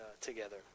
together